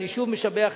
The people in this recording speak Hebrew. אני שוב משבח,